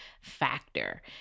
factor